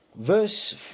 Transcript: Verse